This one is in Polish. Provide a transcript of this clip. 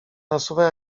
nasuwa